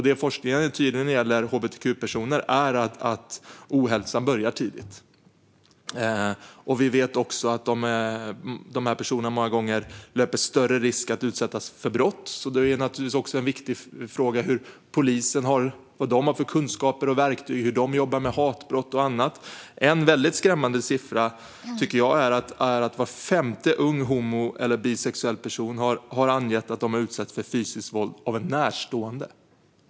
Det forskningen är tydlig med när det gäller hbtq-personer är att ohälsan börjar tidigt. Vi vet också att dessa personer många gånger löper större risk att utsättas för brott. En viktig fråga är naturligtvis också vad polisen har för kunskaper och verktyg och hur de jobbar med hatbrott och annat. En väldigt skrämmande siffra är att var femte ung homo eller bisexuell person har angett att de har utsatts för fysiskt våld av en närstående.